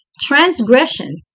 Transgression